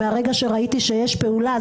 מרגע שראיתי שיש פעולה,